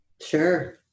Sure